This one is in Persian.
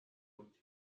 بودی